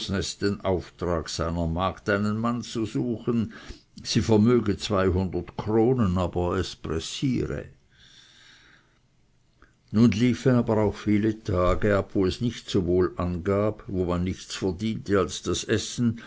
den auftrag seiner magd einen mann zu suchen sie vermöge kronen aber es pressiere nun liefen aber auch viele tage ab wo es nicht so wohl ausgab wo man nichts verdiente als das essen